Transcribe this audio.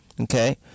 Okay